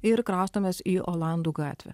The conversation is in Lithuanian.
ir kraustomės į olandų gatvę